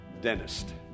dentist